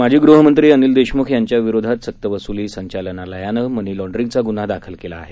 माजी गृहमंत्री अनिल देशमुख यांच्या विरोधात सक्तवसुली संचालनालयानं मनी लॉंड्रिंगचा गुन्हा दाखल केला आहे